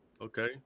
okay